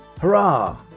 Hurrah